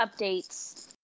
updates